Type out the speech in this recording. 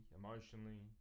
emotionally